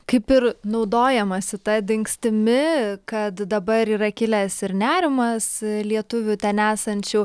kaip ir naudojamasi ta dingstimi kad dabar yra kilęs ir nerimas lietuvių ten esančių